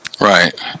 Right